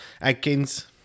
Adkins